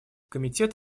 комитет